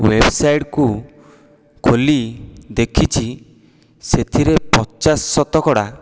ୱେବସାଇଟ୍କୁ ଖୋଲି ଦେଖିଛି ସେଥିରେ ପଚାଶ ଶତକଡ଼ା